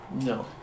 No